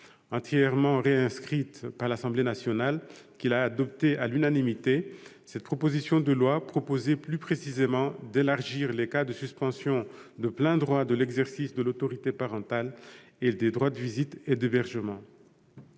Entièrement réécrite par l'Assemblée nationale, qui l'a adoptée à l'unanimité, cette proposition de loi prévoyait plus précisément d'élargir les cas de suspension de plein droit de l'exercice de l'autorité parentale et des droits de visite et d'hébergement